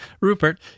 Rupert